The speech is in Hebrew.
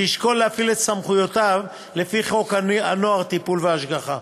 שישקול להפעיל את סמכויותיו לפי חוק הנוער (טיפול והשגחה).